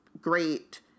great